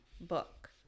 book